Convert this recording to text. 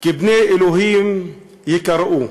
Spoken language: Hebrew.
כי בני אלוהים ייקראו.